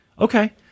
Okay